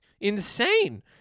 insane